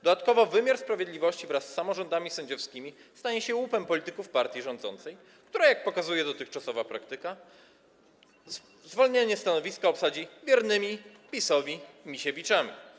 Dodatkowo wymiar sprawiedliwości wraz z samorządami sędziowskimi stanie się łupem polityków partii rządzącej, która, jak pokazuje dotychczasowa praktyka, zwalniane stanowiska obsadzi wiernymi PiS-owi Misiewiczami.